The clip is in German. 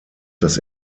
das